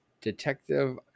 Detective